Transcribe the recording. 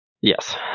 Yes